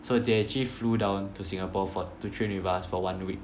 so they actually flew down to Singapore for to train with us for one week